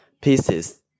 pieces